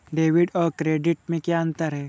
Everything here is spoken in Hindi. डेबिट और क्रेडिट में क्या अंतर है?